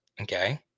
okay